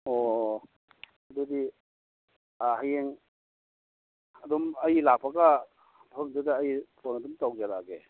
ꯑꯣ ꯑꯗꯨꯗꯤ ꯍꯌꯦꯡ ꯑꯗꯨꯝ ꯑꯩ ꯂꯥꯛꯄꯒ ꯃꯐꯝꯗꯨꯗ ꯑꯩ ꯐꯣꯟ ꯑꯗꯨꯝ ꯇꯧꯖꯔꯛꯑꯒꯦ